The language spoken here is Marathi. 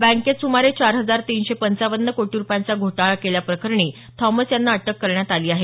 बँकेत सुमारे चार हजार तीनशे पंचावन्न कोटी रुपयांचा घोटाळा केल्या प्रकरणी थॉमस यांना अटक करण्यात आली आहे